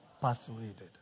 persuaded